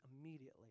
immediately